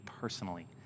personally